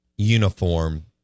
uniform